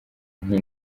nti